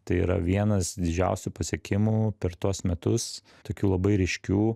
tai yra vienas didžiausių pasiekimų per tuos metus tokių labai ryškių